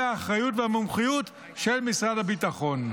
האחריות והמומחיות של משרד הביטחון".